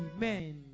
Amen